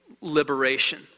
liberation